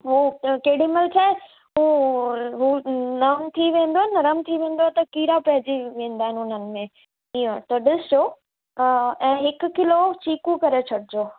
हू त केॾीमहिल छा आहे हू हू नम थी वेंदो आहे नर्म थी वेंदो आहे त कीड़ा पइजी वेंदा आहिनि उन्हनि में हीअं त ॾिसजो हा ऐं हिक किलो चीकू करे छॾिजो